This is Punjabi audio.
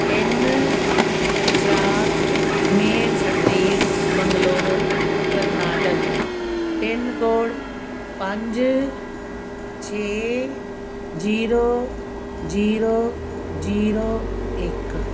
ਤਿੰਨ ਚਾਰ main street Bangalore Karnataka pin code ਪੰਜ ਛੇ ਜੀਰੋ ਜੀਰੋ ਜੀਰੋ ਇੱਕ